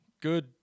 Good